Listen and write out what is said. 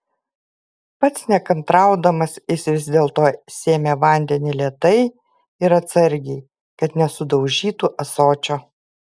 pats nekantraudamas jis vis dėlto sėmė vandenį lėtai ir atsargiai kad nesudaužytų ąsočio